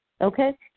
Okay